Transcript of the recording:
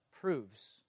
proves